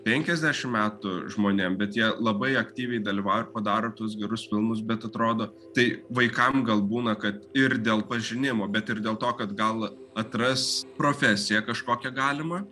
penkiasdešim metų žmonėm bet jie labai aktyviai dalyvau ir padaro tuos gerus filmus bet atrodo tai vaikam gal būna kad ir dėl pažinimo bet ir dėl to kad gal atras profesiją kažkokią galimą